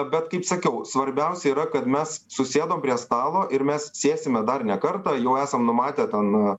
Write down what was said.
bet kaip sakiau svarbiausia yra kad mes susėdom prie stalo ir mes sėsime dar ne kartą jau esam numatę ten